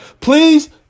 Please